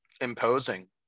imposing